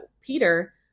Peter